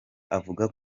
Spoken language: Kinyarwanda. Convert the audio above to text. avuga